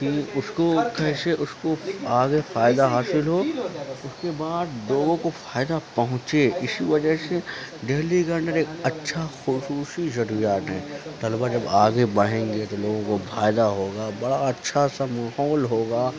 کہ اس کو کیسے اس کو آگے فائدہ حاصل ہو اس کے بعد لوگوں کو فائدہ پہنچے اسی وجہ سے دہلی کے اندر ایک اچھا خصوصی ضروریات ہیں طلبہ جب آگے بڑھیں گے تو لوگوں کو فائدہ ہوگا بڑا اچھا سا ماحول ہوگا